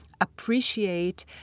Appreciate